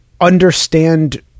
understand